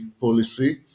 policy